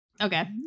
Okay